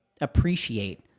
appreciate